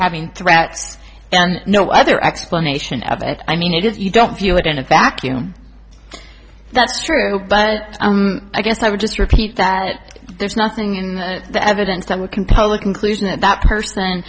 having threats and no other explanation of it i mean it is you don't view it in a vacuum that's true but i guess i would just repeat that there's nothing in the evidence that we can public conclusion that that person